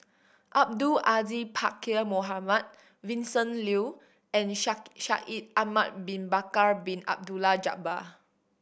Abdul Aziz Pakkeer Mohamed Vincent Leow and Shaikh Ye Ahmad Bin Bakar Bin Abdullah Jabbar